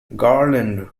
garland